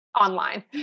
online